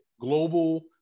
global